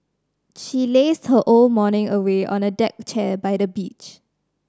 she lazed her all morning away on a deck chair by the beach